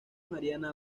mariana